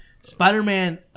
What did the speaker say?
Spider-Man